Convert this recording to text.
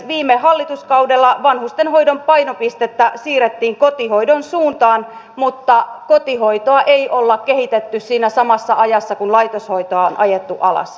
viime hallituskaudella vanhustenhoidon painopistettä siirrettiin kotihoidon suuntaan mutta kotihoitoa ei ole kehitetty siinä samassa ajassa kuin laitoshoitoa on ajettu alas